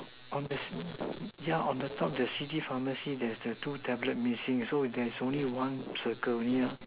on the on the too the city pharmacy there's the two tablet only one missing only